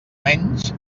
menys